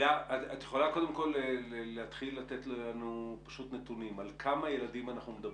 את יכולה לתת לנו נתונים על כמה ילדים אנחנו מדברים?